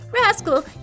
Rascal